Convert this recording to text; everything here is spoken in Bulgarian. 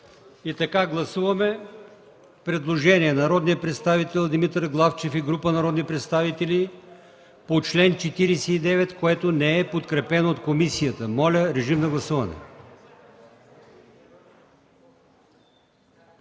И така, гласуваме предложението на народния представител Димитър Главчев и народни представители по чл. 49, което не е подкрепено от комисията. Моля, гласувайте.